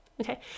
Okay